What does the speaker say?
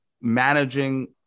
managing